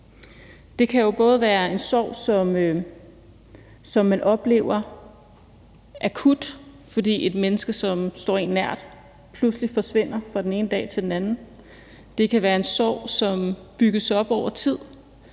Det kan jo både være en sorg, som man oplever akut, fordi et menneske, som står en nært, pludselig forsvinder fra den ene dag til den anden. Det kan være en sorg, som bygges op over tid,